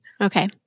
Okay